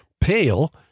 pale